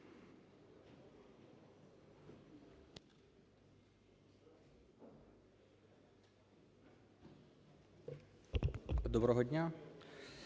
Доброго дня!